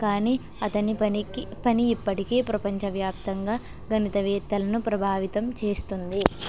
కానీ అతని పనికి పని ఇప్పటికే ప్రపంచవ్యాప్తంగా గణితవేత్తలను ప్రభావితం చేస్తుంది